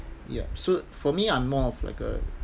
ya so for me I'm more of like a